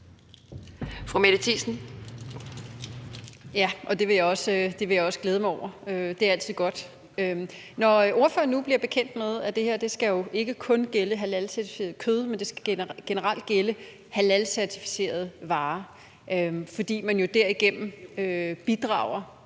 Det vil jeg også glæde mig over – det er altid godt. Når ordføreren nu bliver bekendt med, at det her jo ikke kun skal gælde halalcertificeret kød, men at det generelt skal gælde halalcertificerede varer, fordi man jo derigennem bidrager